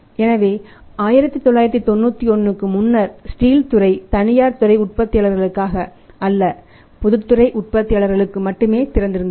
எனவே 1991 க்கு முன்னர் ஸ்டீல் துறை தனியார் துறை உற்பத்தியாளர்களுக்காக அல்ல பொதுத்துறை உற்பத்தியாளர்களுக்கு மட்டுமே திறந்திருந்தது